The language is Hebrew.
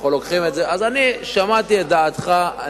אז אני שמעתי את דעתך.